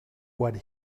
what